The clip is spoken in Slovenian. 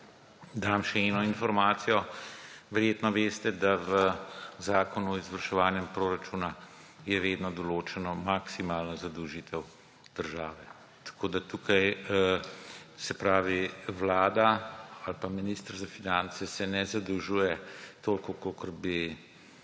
dam še eno informacijo. Verjetno veste, da v Zakonu o izvrševanju proračuna je vedno določena maksimalna zadolžitev države. Tako da se tukaj Vlada ali pa minister za finance ne zadolžuje toliko, kolikor